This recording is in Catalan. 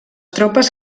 tropes